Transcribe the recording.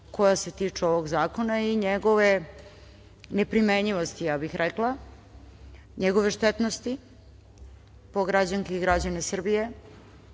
koja se tiču ovog zakona i njegove neprimenjivosti, ja bih rekla, njegove štetnosti po građanke i građane Srbije